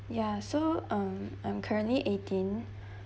ya so um I'm currently eighteen